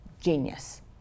genius